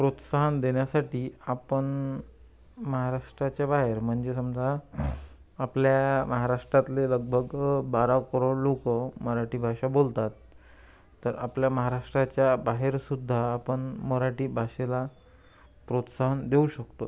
प्रोत्साहन देण्यासाठी आपण महाराष्ट्राच्या बाहेर म्हणजे समजा आपल्या महाराष्ट्रातले लगभग बारा करोड लोक मराठी भाषा बोलतात तर आपल्या महाराष्ट्राच्या बाहेरसुद्धा आपण मराठी भाषेला प्रोत्साहन देऊ शकतो